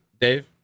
Dave